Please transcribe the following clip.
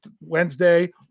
Wednesday